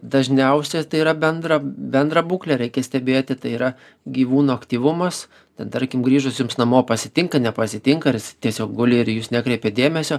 dažniausiai tai yra bendra bendrą būklę reikia stebėti tai yra gyvūno aktyvumas ten tarkim grįžus jums namo pasitinka nepasitinka ar jis tiesiog guli ir į jus nekreipia dėmesio